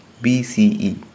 BCE